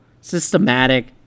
systematic